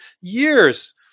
years